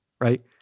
right